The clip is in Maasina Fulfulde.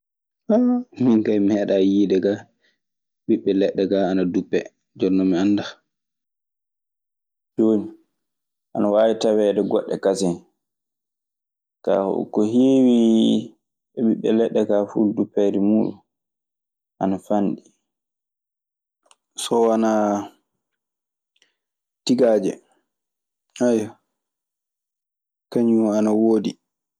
Minkaa mi meeɗaali yiide kaa ɓiɓɓe leɗɗe kaa ana duppee, jonnoo mi annda. Jooni ana waawi taweede goɗɗe kasen. Kaa, ko heewi e ɓiɓɓe leɗɗe kaa fuu duppeede muuɗun ana fanɗi. So wanaa tigaaje. Ayyo, kañun ana woodi.